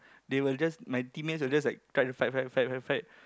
they will just my teammates will just like try to fight fight fight fight fight